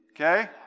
Okay